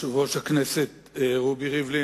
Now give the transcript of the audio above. יושב-ראש הכנסת רובי ריבלין,